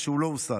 והוא לא הושג,